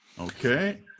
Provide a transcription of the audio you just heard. Okay